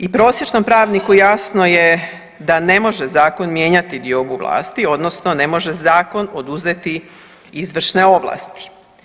I prosječnom pravniku jasno je da ne može zakon mijenjati diobu vlasti odnosno ne može zakon oduzeti izvršne ovlasti.